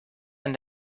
and